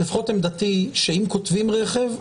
לפחות עמדתי היא שאם כותבים רכב,